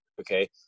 Okay